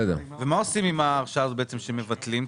מה עושים עם ההרשאה הזאת שמבטלים?